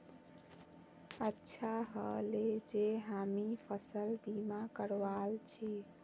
अच्छा ह ले जे हामी फसल बीमा करवाल छि